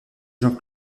jean